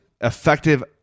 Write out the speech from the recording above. effective